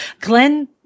Glenn